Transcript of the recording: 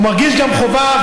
ומרגיש גם חובה,